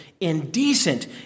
indecent